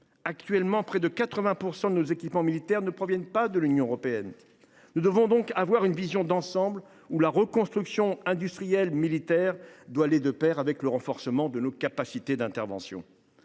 Actuellement, près de 80 % de nos équipements militaires ne proviennent pas de l’Union européenne. Nous devons donc adopter une vision d’ensemble et œuvrer à ce que la reconstruction industrielle militaire aille de pair avec le renforcement de nos capacités d’intervention.